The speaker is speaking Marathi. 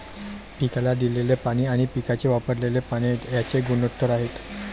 पिकाला दिलेले पाणी आणि पिकाने वापरलेले पाणी यांचे गुणोत्तर आहे